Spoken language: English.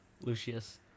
Lucius